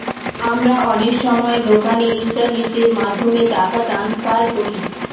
আমরা অনেক সময় দোকানে ইন্টারনেটের মাধ্যমে টাকা ট্রান্সফার করি